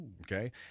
Okay